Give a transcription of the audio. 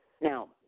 Now